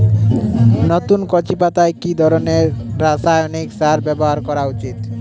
নতুন কচি পাতায় কি ধরণের রাসায়নিক সার ব্যবহার করা উচিৎ?